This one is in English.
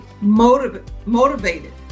motivated